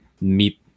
meet